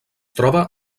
troba